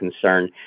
concern